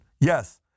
Yes